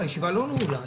הישיבה ננעלה בשעה